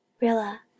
Rilla